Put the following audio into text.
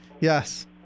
Yes